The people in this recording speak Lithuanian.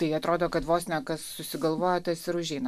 tai atrodo kad vos ne kas susigalvoja tas ir užeina